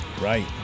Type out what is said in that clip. Right